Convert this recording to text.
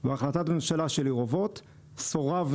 בהחלטת הממשלה של עיר אובות סורבנו.